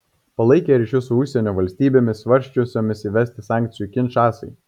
palaikė ryšius su užsienio valstybėmis svarsčiusiomis įvesti sankcijų kinšasai